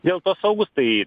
dėl to saugūs tai